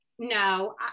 no